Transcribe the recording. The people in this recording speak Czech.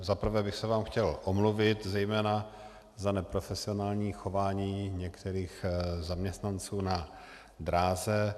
Za prvé bych se vám chtěl omluvit, zejména za neprofesionální chování některých zaměstnanců na dráze.